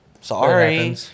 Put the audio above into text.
sorry